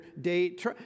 date